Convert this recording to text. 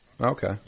Okay